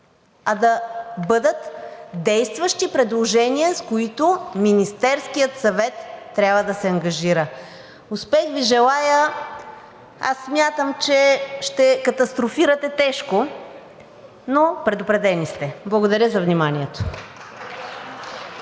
а да бъдат действащи предложения, с които Министерският съвет трябва да се ангажира. Успех Ви желая! Аз смятам, че ще катастрофирате тежко, но – предупредени сте! Благодаря за вниманието.